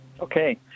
Okay